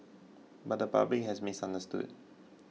but the public has misunderstood